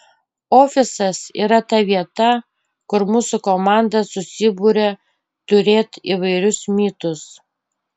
ofisas yra ta vieta kur mūsų komanda susiburia turėt įvairius mytus